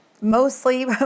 mostly